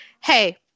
hey